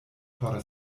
por